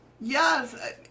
Yes